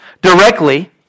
directly